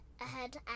ahead